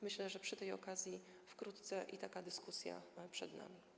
Myślę, że przy tej okazji wkrótce i taka dyskusja będzie przed nami.